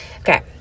Okay